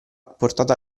portata